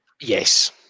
Yes